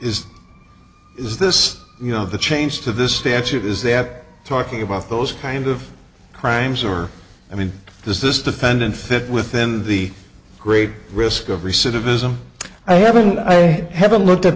is is this you know the change to this statute is that talking about those kind of crimes or i mean does this defendant fit within the great risk every citizen i haven't i haven't looked at